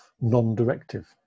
non-directive